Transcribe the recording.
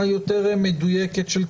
עו"ד יפעת רווה,